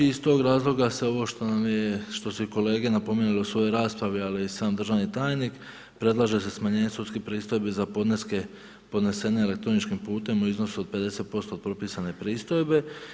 I iz tog razloga sve ovo što nam je, što su i kolege napomenuli u svojoj raspravi ali i sam državni tajnik predlaže se smanjenje sudskih pristojbi za podneske podnesene elektroničkim putem u iznosu od 50% od propisane pristojbe.